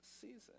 season